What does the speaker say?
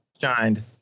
shined